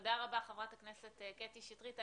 תודה רבה חברת הכנסת קטי שטרית.